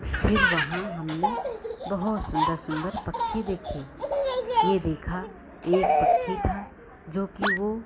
फिर वहाँ हमने बहुत सुन्दर सुन्दर पक्षी देखे यह देखा एक पक्षी था जो कि वह